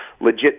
legit